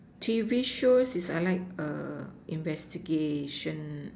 T_V shows is I like err investigation